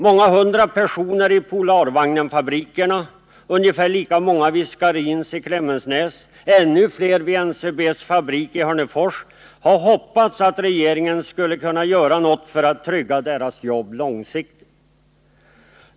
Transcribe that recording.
Många hundra personer vid Polarvagnenfabrikerna, ungefär lika många vid Scharins i Klemensnäs och ännu fler vid NCB:s fabrik i Hörnefors har hoppats att regeringen skulle göra något för att trygga deras jobb långsiktigt.